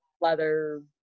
leather